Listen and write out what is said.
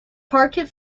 parquet